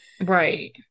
Right